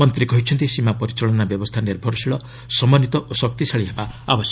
ମନ୍ତ୍ରୀ କହିଛନ୍ତି ସୀମା ପରିଚାଳନା ବ୍ୟବସ୍ଥା ନିର୍ଭରଶୀଳ ସମନ୍ୱିତ ଓ ଶକ୍ତିଶାଳୀ ହେବା ଉଚିତ